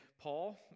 Paul